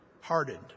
hardened